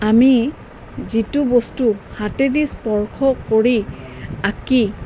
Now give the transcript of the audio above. আমি যিটো বস্তু হাতেদি স্পৰ্শ কৰি আঁকি